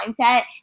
mindset